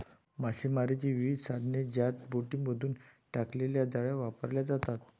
मासेमारीची विविध साधने ज्यात बोटींमधून टाकलेल्या जाळ्या वापरल्या जातात